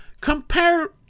compare